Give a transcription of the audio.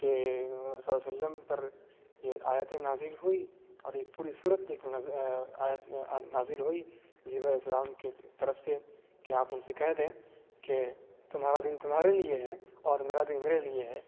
کہ صلی اللہ علیہ وسلم پر یہ آیتیں نازل ہوئیں اور ایک پوری سورت ایک آیت نازل ہوئی جبریل علیہ السلام کے طرف سے کہ آپ ان سے کہہ دیں کہ تمہارا دین تمہارے لیے ہے اور میرا دین میرے لیے ہے